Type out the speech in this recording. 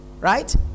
right